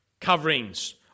coverings